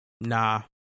nah